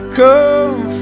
come